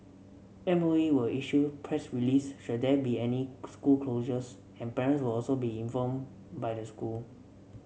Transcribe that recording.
M O E will issue press release should there be any school closures and parents will also be informed by the school